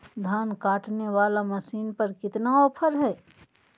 धान काटने वाला मसीन पर कितना ऑफर हाय?